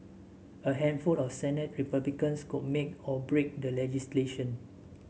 a handful of Senate Republicans could make or break the legislation